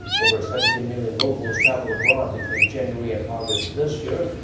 over seventeen million locals traveled abroad between january and august this year,